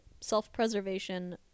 self-preservation